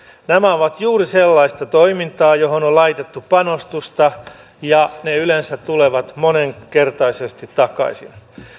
nämä ovat juuri sellaista toimintaa johon on laitettu panostusta ja ne yleensä tulevat moninkertaisesti takaisin